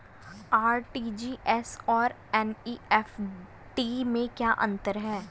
RTGS और NEFT में क्या अंतर है?